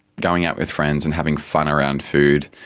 going out with friends and having fun around food,